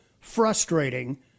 frustrating